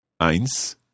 Eins